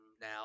now